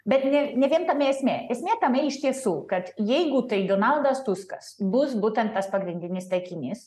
bet ne ne vien tame esmė esmė tame iš tiesų kad jeigu tai donaldas tuskas bus būtent tas pagrindinis taikinys